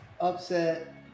upset